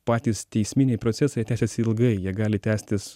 patys teisminiai procesai jie tęsiasi ilgai jie gali tęstis